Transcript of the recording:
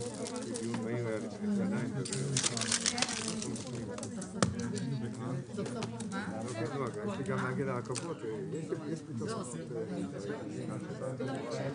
ננעלה בשעה 12:00.